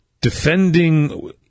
defending